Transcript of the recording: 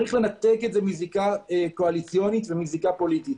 יש לנתק את זה מזיקה קואליציונית ופוליטית.